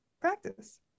practice